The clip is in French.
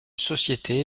sociétés